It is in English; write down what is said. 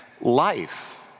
life